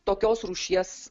tokios rūšies